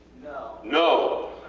no!